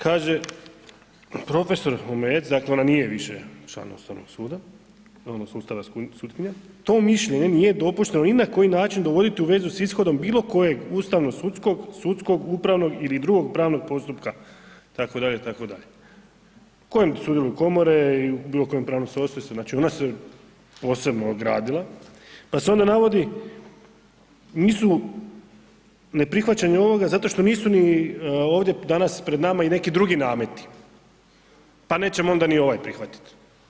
Kaže prof. Omejec, dakle ona nije više član Ustavnog suda, pravnog sustava sutkinja, to mišljenje nije dopušteno ni na koji način dovoditi u vezu s ishodom bilokojeg ustavno-sudskog, sudskog, upravnog ili drugog pravnog postupka, itd., itd. u kojem sudjeluju komore i u bilokojem pravnom srodstvu, znači ona se posebno ogradila pa se onda navodi, neprihvaćanje ovoga zato što nisu ni ovdje danas pred nama neki drugi nameti pa nećemo onda ni ovaj prihvatiti.